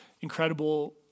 incredible